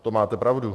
To máte pravdu.